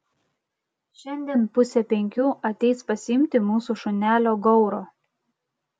šiandien pusę penkių ateis pasiimti mūsų šunelio gauro